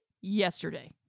yesterday